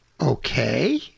okay